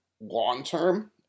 long-term